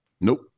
Nope